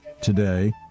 today